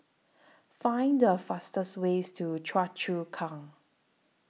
Find The fastest Way to Choa Chu Kang